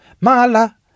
Mala